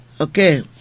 Okay